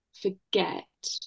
forget